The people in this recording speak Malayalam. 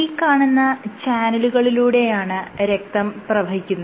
ഈ കാണുന്ന ചാനലുകളിലൂടെയാണ് രക്തം പ്രവഹിക്കുന്നത്